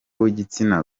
w’igitsina